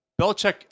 Belichick